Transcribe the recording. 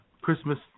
Christmas